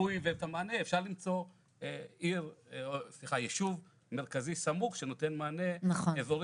הטיפול והמענה אפשר למצוא ישוב מרכזי סמוך שנותן מענה אזורי,